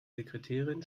sekretärin